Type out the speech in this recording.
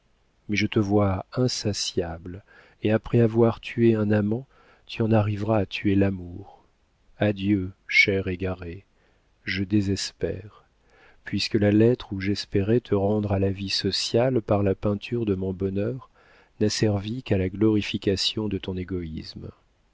mais je te vois insatiable et après avoir tué un amant tu en arriveras à tuer l'amour adieu chère égarée je désespère puisque la lettre où j'espérais te rendre à la vie sociale par la peinture de mon bonheur n'a servi qu'à la glorification de ton égoïsme